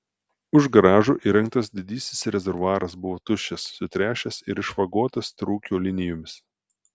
už garažo įrengtas didysis rezervuaras buvo tuščias sutręšęs ir išvagotas trūkio linijomis